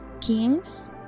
kings